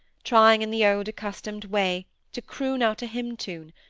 trying in the old accustomed way to croon out a hymn tune,